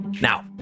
Now